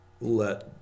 let